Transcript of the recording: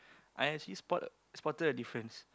I actually spot a spotted a difference